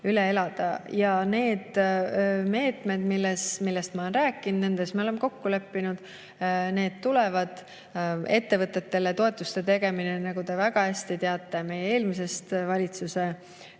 Ja need meetmed, millest ma olen rääkinud, nendes me oleme kokku leppinud, need tulevad. Ettevõtetele toetuste tegemine, nagu te väga hästi teate meie eelmisest valitsemise